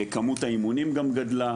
כמות האימונים גם גדלה,